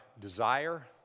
desire